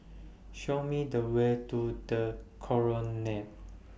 Show Me The Way to The Colonnade